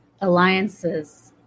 alliances